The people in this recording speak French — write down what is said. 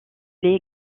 les